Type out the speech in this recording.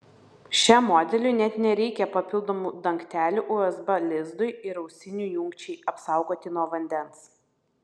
šiam modeliui net nereikia papildomų dangtelių usb lizdui ir ausinių jungčiai apsaugoti nuo vandens